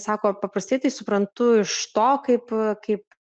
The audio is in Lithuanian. sako paprastai tai suprantu iš to kaip kaip